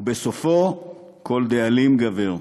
ובסופו כל דאלים גבר.